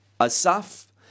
Asaf